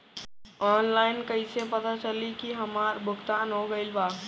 Online कईसे पता चली की हमार भुगतान हो गईल बा?